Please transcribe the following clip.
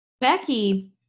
Becky